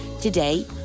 Today